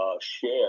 share